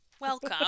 Welcome